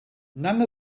none